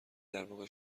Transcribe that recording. درواقع